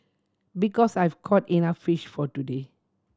because I've caught enough fish for today